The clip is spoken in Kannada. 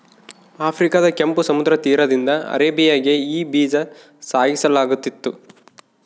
ಆಫ್ರಿಕಾದ ಕೆಂಪು ಸಮುದ್ರ ತೀರದಿಂದ ಅರೇಬಿಯಾಗೆ ಈ ಬೀಜ ಸಾಗಿಸಲಾಗುತ್ತಿತ್ತು